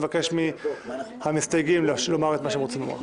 בדבר טענת נושא חדש בעת הדיון בהצעת חוק הכניסה לישראל (תיקון מס' 33),